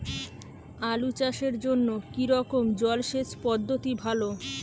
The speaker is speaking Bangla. আলু চাষের জন্য কী রকম জলসেচ পদ্ধতি ভালো?